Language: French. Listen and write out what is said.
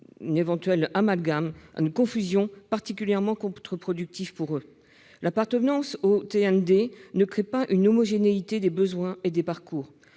un éventuel amalgame et à une confusion particulièrement contre-productifs pour eux. L'appartenance aux TND ne crée pas une homogénéité des besoins et des parcours.